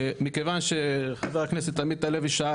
מכיוון שחבר הכנסת עמית הלוי שאל,